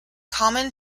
common